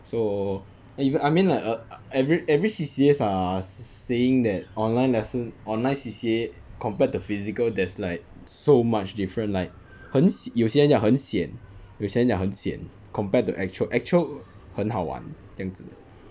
so then eve~ I mean like err e~ every every C_C_As are s~ saying that online lesson online C_C_A compared the physical there's like so much different like 很 si~ 有些人讲很 sian 有些人讲很 sian compared to actual actual 很好玩这样子